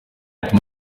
bituma